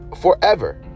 forever